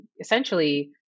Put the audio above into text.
essentially